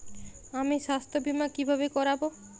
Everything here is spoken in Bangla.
আমি স্বাস্থ্য বিমা কিভাবে করাব?